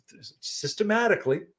systematically